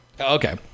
Okay